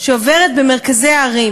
שעוברות במרכזי הערים.